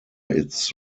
its